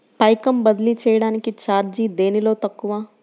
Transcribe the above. పైకం బదిలీ చెయ్యటానికి చార్జీ దేనిలో తక్కువ?